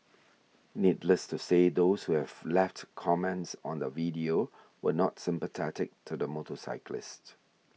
needless to say those who have left comments on the video were not sympathetic to the motorcyclist